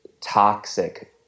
toxic